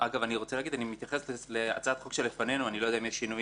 אני מתייחס להצעת החוק שלפנינו אני לא יודע אם יש שינויים,